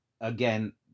again